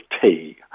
tea